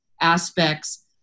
aspects